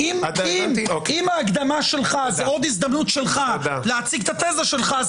אם ההקדמה שלך היא עוד הזדמנות שלך להציג את התזה שלך,